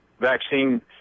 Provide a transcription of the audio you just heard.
vaccine